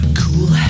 cool